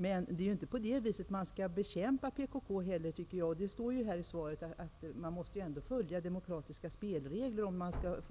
Men det är inte på det här viset man skall bekämpa PKK. Det står i svaret att ett land måste följa demokratiska spelregler om man skall